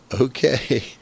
okay